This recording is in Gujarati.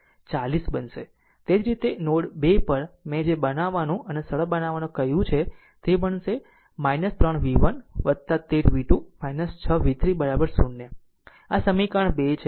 તે જ રીતે નોડ 2 પર મેં જે રીતે બનાવવાનું અને સરળ બનાવવાનું કહ્યું છે તે મળશે 3 v1 13 v2 6 v3 0 આ સમીકરણ 2 છે